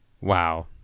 Wow